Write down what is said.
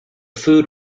food